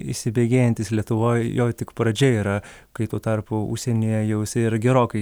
įsibėgėjantis lietuvoje jo tik pradžia yra kai tuo tarpu užsienyje jausi ir gerokai